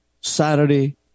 Saturday